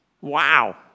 Wow